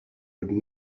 would